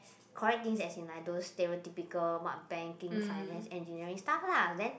correct things as in like those stereotypical what banking finance engineering stuff lah then